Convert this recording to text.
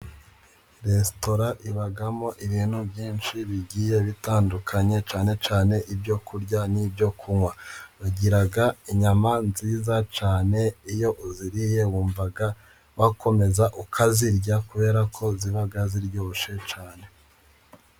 Resitora ibamo ibintu byinshi bigiye bitandukanye, cyane cyane ibyo kurya, n'ibyo kunywa. Bagira inyama nziza cyane , iyo uziriye wumva wakomeza ukazirya, kubera ko ziba ziryoshye cyane.